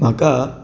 म्हाका